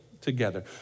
together